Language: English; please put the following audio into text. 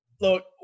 Look